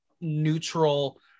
neutral